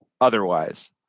otherwise